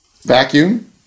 vacuum